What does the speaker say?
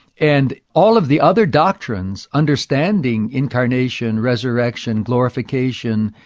and all of the other doctrines understanding incarnation, resurrection, glorification,